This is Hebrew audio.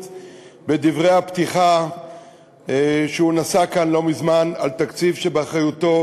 בדברי הפתיחה שהוא נשא כאן לא מזמן על התקציב שבאחריותו.